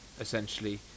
essentially